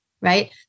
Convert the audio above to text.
right